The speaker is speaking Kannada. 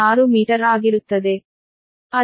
1506 ಮೀಟರ್ ಆಗಿರುತ್ತದೆ